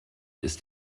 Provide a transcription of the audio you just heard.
ist